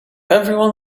everyone